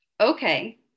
okay